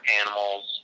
animals